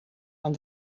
aan